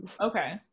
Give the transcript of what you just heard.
okay